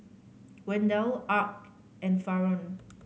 Wendell Arch and Faron